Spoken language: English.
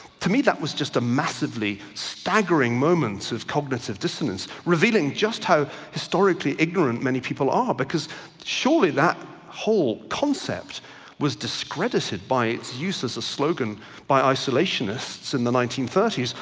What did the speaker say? to me that was just a massively staggering moments of cognitive dissonance revealing just how historically ignorant many people are because surely that whole concept was discredited by its use as a slogan by isolationists in the nineteen thirty s,